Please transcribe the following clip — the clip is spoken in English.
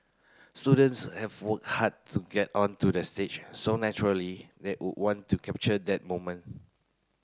students have worked hard to get on to the stage so naturally they would want to capture that moment